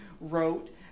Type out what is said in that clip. wrote